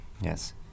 Yes